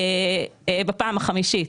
בפעם החמישית,